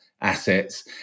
assets